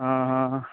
ਹਾਂ ਹਾਂ ਹਾਂ